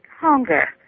Hunger